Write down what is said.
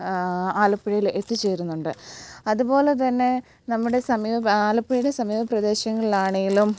ആലപ്പുഴയിൽ എത്തിച്ചേരുന്നുണ്ട് അതുപോലെ തന്നെ നമ്മുടെ സമീപ ആലപ്പുഴയിലെ സമീപപ്രദേശങ്ങളിലാണെങ്കിലും